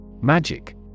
Magic